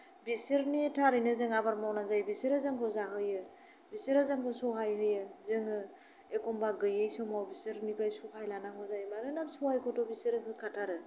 बिसोरनि थारैनो जों आबाद मावनानै जायो बिसोरो जोंखौ जाहोयो बिसोरो जोंखौ सहाय होयो जोङो एखम्बा गैयै समाव बिसोरनिफ्राय सहाय लानांगौ जायो मानोना सहायखौथ' बिसोरो होखाथारो